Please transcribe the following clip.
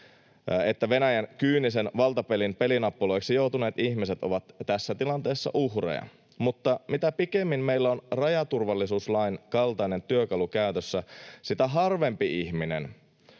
että Venäjän kyynisen valtapelin pelinappuloiksi joutuneet ihmiset ovat tässä tilanteessa uhreja. Mutta mitä pikemmin meillä on rajaturvallisuuslain kaltainen työkalu käytössä, sitä harvempi ihminen